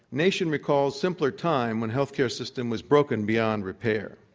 nation recalls simpler time when health care system was broken beyond repair.